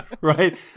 right